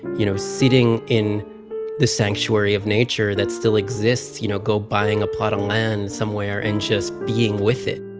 you know, sitting in the sanctuary of nature that still exists, you know, go buying a plot of land somewhere and just being with it?